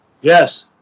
Yes